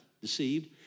deceived